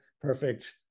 perfect